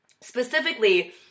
specifically